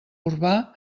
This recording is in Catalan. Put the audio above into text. urbà